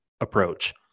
approach